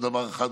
עוד דבר אחד,